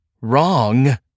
wrong